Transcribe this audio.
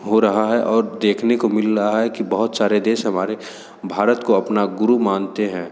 हो रहा है और देखने को मिल रहा है कि बहुत सारे देश हमारे भारत को अपना गुरु मानते हैं